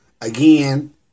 Again